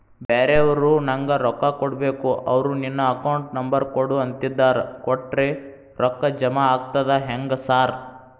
ಬ್ಯಾರೆವರು ನಂಗ್ ರೊಕ್ಕಾ ಕೊಡ್ಬೇಕು ಅವ್ರು ನಿನ್ ಅಕೌಂಟ್ ನಂಬರ್ ಕೊಡು ಅಂತಿದ್ದಾರ ಕೊಟ್ರೆ ರೊಕ್ಕ ಜಮಾ ಆಗ್ತದಾ ಹೆಂಗ್ ಸಾರ್?